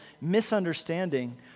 misunderstanding